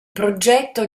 progetto